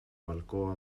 balcó